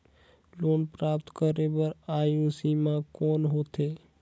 Loan प्राप्त करे बर आयु सीमा कौन होथे?